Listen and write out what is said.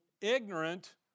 ignorant